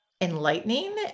enlightening